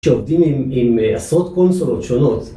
כשעובדים עם עשרות קונסולות שונות.